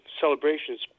celebrations